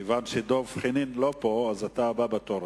כיוון שדב חנין לא פה, אתה הבא בתור,